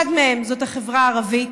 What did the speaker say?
אחד מהם זאת החברה הערבית,